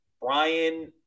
Brian